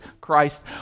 Christ